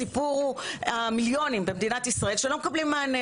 הסיפור הוא המיליונים במדינת ישראל שלא מקבלים מענה,